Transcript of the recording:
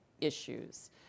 issues